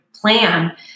plan